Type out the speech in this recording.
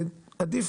עדיף,